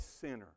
sinner